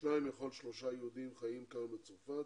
שניים מכל שלושה יהודים חיים כיום בצרפת,